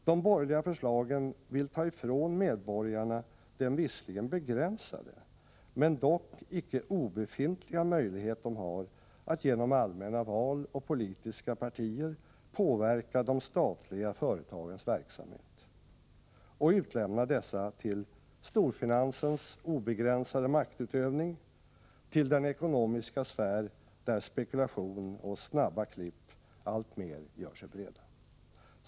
De borgerliga förslagen vill ta ifrån medborgarna den visserligen begränsade, men dock icke obefintliga möjlighet de har att genom allmänna val och politiska partier påverka de statliga företagens verksamhet och utlämna dessa till storfinansens obegränsade maktutövning, till den ekonomiska sfär där spekulation och snabba klipp alltmer gör sig breda.